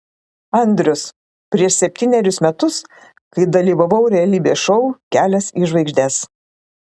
andrius prieš septynerius metus kai dalyvavau realybės šou kelias į žvaigždes